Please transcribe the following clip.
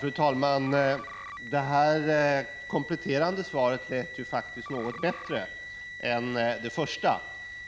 Fru talman! Det kompletterande svaret lät något bättre än det första,